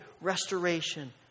restoration